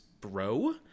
bro